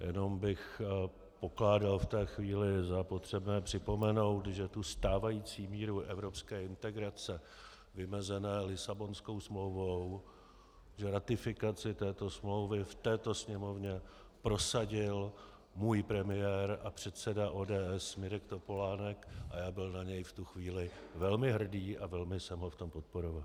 Jenom bych pokládal v té chvíli za potřebné připomenout, že stávající míru evropské integrace vymezené Lisabonskou smlouvou, že ratifikaci této smlouvy v této Sněmovně prosadil můj premiér a předseda ODS Mirek Topolánek a já byl na něj v tu chvíli velmi hrdý a velmi jsem ho v tom podporoval.